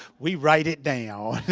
we write it down.